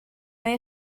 mae